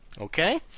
okay